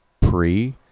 pre-